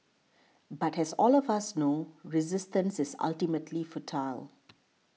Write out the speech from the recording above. but has all of us know resistance is ultimately futile